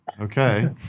Okay